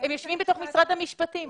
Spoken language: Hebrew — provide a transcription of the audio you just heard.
הם יושבים במשרד המשפטים,